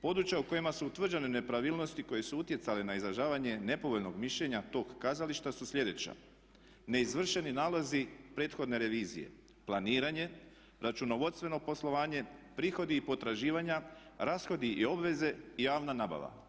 Područja u kojima su utvrđene nepravilnosti koje su utjecale na izražavanje nepovoljnog mišljenja tog kazališta su sljedeća: neizvršeni nalozi prethodne revizije, planiranje, računovodstveno poslovanje, prihodi i potraživanja, rashodi i obveze i javna nabava.